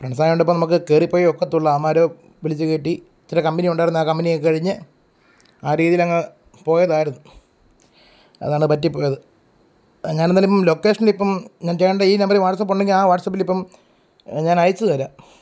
ഫ്രണ്ട്സായതുകൊണ്ട് ഇപ്പം നമുക്ക് കയറിപ്പോയേ ഒക്കത്തുള്ളൂ അവന്മാർ വിളിച്ച് കയറ്റി ഇച്ചിരി കമ്പനി ഉണ്ടായിരുന്നു ആ കമ്പനിയൊക്കെ കഴിഞ്ഞ് ആ രീതിയിലങ്ങ് പോയതായിരുന്നു അതാണ് പറ്റിപ്പോയത് ഞാനെന്തായാലും ലൊക്കേഷനിലിപ്പം ഞാനീ ചേട്ടൻ്റെ ഈ നമ്പറിൽ വാട്സ്ആപ്പുണ്ടെങ്കിൽ ആ വാട്സാപ്പിൽ ഇപ്പം ഞാൻ അയച്ച് തരാം